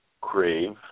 crave